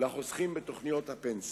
לחוסכים בתוכניות הפנסיה.